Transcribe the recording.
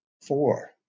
Four